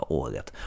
året